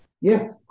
yes